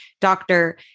doctor